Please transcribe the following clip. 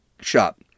shop